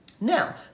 Now